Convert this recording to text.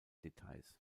details